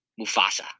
Mufasa